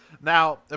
Now